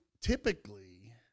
typically